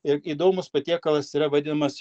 ir įdomus patiekalas yra vadinamas